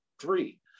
Three